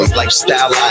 lifestyle